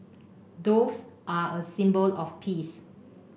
doves are a symbol of peace